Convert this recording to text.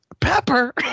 Pepper